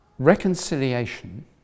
Reconciliation